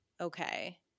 okay